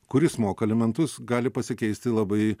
kuris moka alimentus gali pasikeisti labai